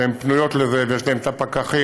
שהן פנויות לזה ויש להן את הפקחים,